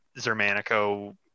zermanico